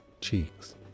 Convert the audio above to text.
cheeks